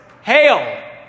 Hail